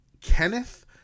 Kenneth